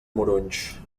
morunys